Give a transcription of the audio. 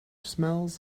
smells